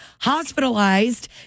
hospitalized